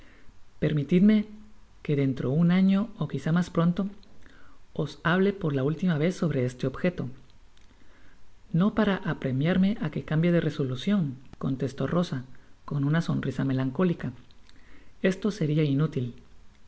permitidme que dentro un año ó quizá mas pronto os hable por la última vez sobre este objeto h ino para apremiarme á que cambie de resolucioncontestó rosa con una sonrisa melancólica esto seria inútil